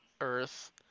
Earth